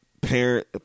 parent